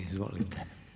Izvolite.